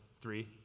three